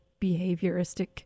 behavioristic